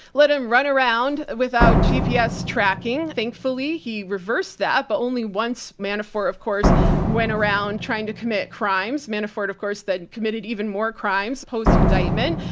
let him run around without gps tracking. thankfully he reversed that, but only once manafort of course went around trying to commit crimes. manafort of course then committed even more crimes post-indictment.